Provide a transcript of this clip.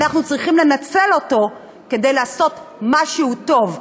אנחנו צריכים לנצל אותו כדי לעשות משהו טוב.